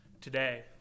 today